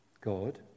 God